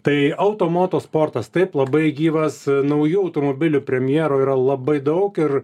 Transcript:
tai auto moto sportas taip labai gyvas naujų automobilių premjerų yra labai daug ir